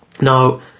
Now